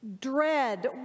dread